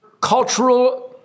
cultural